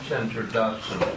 introduction